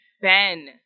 Ben